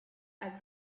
are